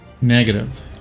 Negative